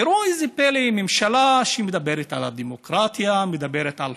תראו זה פלא, ממשלה שמדברת על דמוקרטיה, מדברת על